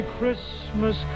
Christmas